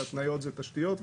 והתניות זה תשתיות,